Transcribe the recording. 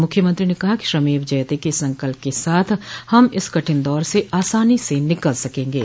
मुख्यमंत्री ने कहा कि श्रमेव जयते के संकल्प के साथ हम इस कठिन दौर से आसानी से निकल सकेंगे